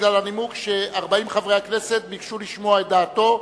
בגלל הנימוק ש-40 חברי הכנסת ביקשו לשמוע את דעתו,